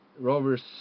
Rovers